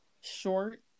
short